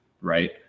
right